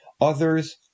Others